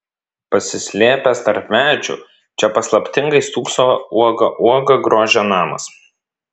pasislėpęs tarp medžių čia paslaptingai stūkso uoga uoga grožio namas